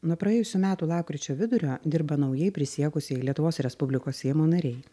nuo praėjusių metų lapkričio vidurio dirba naujai prisiekusieji lietuvos respublikos seimo nariai